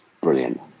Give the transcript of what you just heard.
brilliant